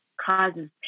causes